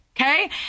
okay